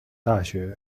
大学